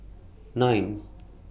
nine